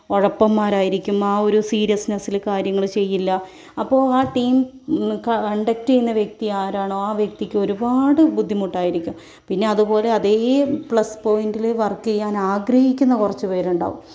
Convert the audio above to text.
ഉഴപ്പന്മാരായിരിക്കും ആ ഒരു സീരിയസ്നെസില് കാര്യങ്ങള് ചെയ്യില്ല അപ്പോൾ ആ ടീം കണ്ടക്റ്റ് ചെയ്യുന്ന വ്യക്തി ആരാണോ ആ വ്യക്തിക്ക് ഒരുപാട് ബുദ്ധിമുട്ടായിരിക്കും പിന്നെ അതുപോലെ അതേ പ്ലസ്പോയിന്റിൽ വർക്ക് ചെയ്യാനാഗ്രഹിക്കുന്ന കുറച്ചുപേരുണ്ടാവും